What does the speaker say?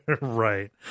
Right